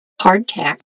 Hardtack